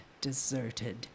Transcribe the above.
deserted